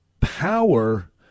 power